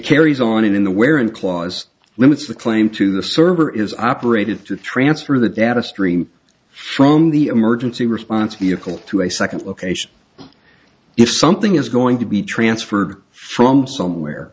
carries on in the where and clause limits the claim to the server is operated to transfer the data stream from the emergency response vehicle to a second location if something is going to be transferred from somewhere